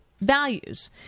values